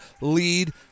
lead